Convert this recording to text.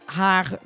haar